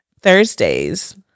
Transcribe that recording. thursdays